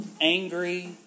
angry